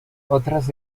otras